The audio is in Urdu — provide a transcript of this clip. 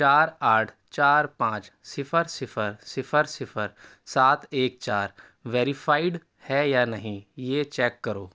چار آٹھ چار پانچ صفر صفر صفر صفر سات ایک چار ویریفائڈ ہے یا نہیں یہ چیک کرو